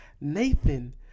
Nathan